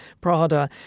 Prada